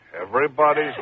Everybody's